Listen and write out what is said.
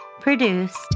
produced